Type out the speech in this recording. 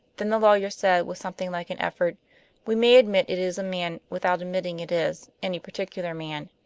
then the lawyer said, with something like an effort we may admit it is a man without admitting it is any particular man.